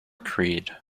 creed